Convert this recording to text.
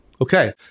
Okay